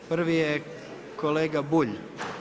Prvi je kolega Bulj.